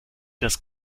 das